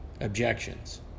objections